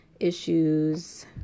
issues